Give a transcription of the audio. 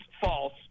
false